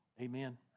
Amen